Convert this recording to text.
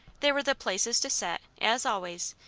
there were the places to set, as always,